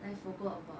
I forgot about that